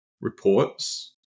reports